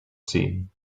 seen